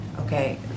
okay